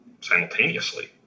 simultaneously